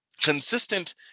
consistent